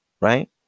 right